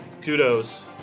kudos